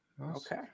okay